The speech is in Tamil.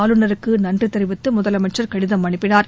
ஆளுநருக்கு நன்றி தெரிவித்து முதலமைச்ன் கடிதம் அனுப்பினார்